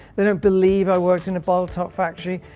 they don't believe i worked in a bottle top factory.